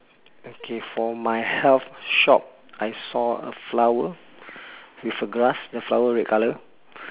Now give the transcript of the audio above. okay for my health shop I saw a flower with a glass the flower red colour